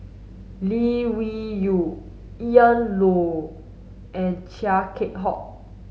Lee Wung Yew Ian Loy and Chia Keng Hock